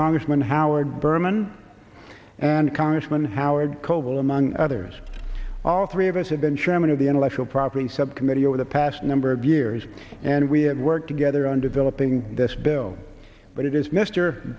congressman howard berman and congressman howard coble among others all three of us have been chairman of the intellectual property subcommittee over the past number of years and we have worked together on developing this bill but it is mr